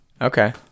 Okay